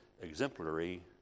exemplary